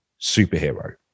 superhero